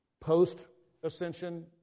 post-ascension